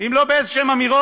אם לא על איזשהן אמירות